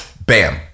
bam